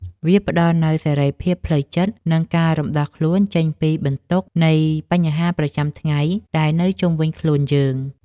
វាផ្ដល់នូវសេរីភាពផ្លូវចិត្ត និងការរំដោះខ្លួនចេញពីបន្ទុកនៃបញ្ហាប្រចាំថ្ងៃដែលនៅជុំវិញខ្លួនយើង។